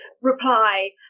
reply